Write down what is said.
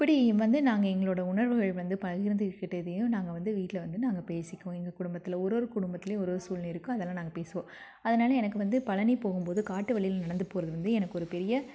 இப்படி வந்து நாங்கள் எங்களோடய உணர்வுகள் வந்து பகிர்ந்துக்கிட்டதையும் நாங்கள் வந்து வீட்டில வந்து நாங்கள் பேசிக்குவோம் எங்கள் குடும்பத்தில் ஒரு ஒரு குடும்பத்திலையும் ஒரு ஒரு சூழ்நிலை இருக்கும் அதெல்லாம் நாங்கள் பேசுவோம் அதனால் எனக்கு வந்து பழனி போகும் போது காட்டு வழியில நடந்து போகிறது வந்து எனக்கு ஒரு பெரிய